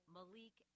Malik